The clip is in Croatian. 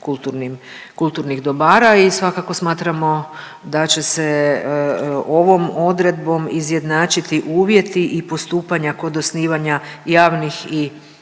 kulturnih dobara i svakako smatramo da će se ovom odredbom izjednačiti uvjeti i postupanja kod osnivanja javnih i